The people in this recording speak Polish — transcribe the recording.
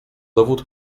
dowód